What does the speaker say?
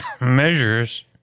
measures